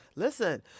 Listen